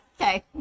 Okay